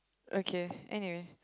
okay anyway